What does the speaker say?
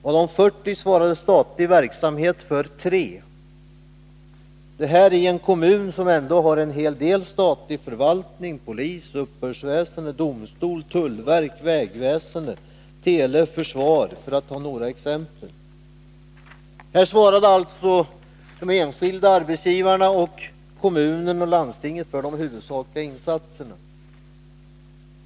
Av de 40 svarade statlig verksamhet för 3 — detta i en kommun som ändå har en hel del statlig förvaltning, polis, uppbördsväsende, domstol, tullverk, vägväsende, teleoch försvarsverksamhet, för att ta några exempel. Här svarade alltså de enskilda arbetsgivarna, kommunen och landstinget för de huvudsakliga insatserna.